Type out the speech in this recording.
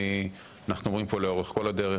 ואנחנו רואים פה לאורך כל הדרך,